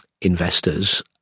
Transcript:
investors